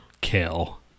kale